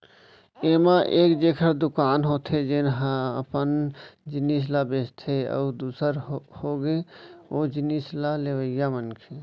ऐमा एक जेखर दुकान होथे जेनहा अपन जिनिस ल बेंचथे अउ दूसर होगे ओ जिनिस ल लेवइया मनखे